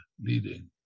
leading